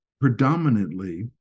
Predominantly